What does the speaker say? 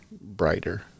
brighter